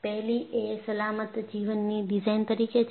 પહેલી એ સલામત જીવનની ડિઝાઇન તરીકે છે